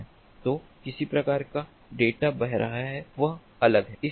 तो किस प्रकार का डेटा बह रहा है वह अलग है